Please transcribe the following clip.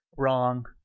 Wrong